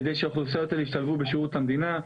כדי שהאוכלוסיות האלה ישתלבו בשירות המדינה.